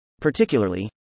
Particularly